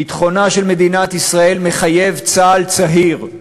ביטחונה של מדינת ישראל מחייב צה"ל צעיר.